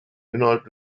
innerhalb